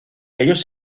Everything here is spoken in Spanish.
ellos